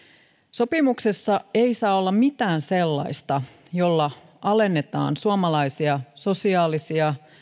sopimuksessa ei saa olla mitään sellaista jolla alennetaan suomalaisia sosiaalisia